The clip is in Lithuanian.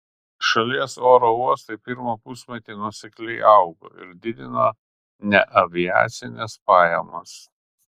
šalies oro uostai pirmą pusmetį nuosekliai augo ir didino neaviacines pajamas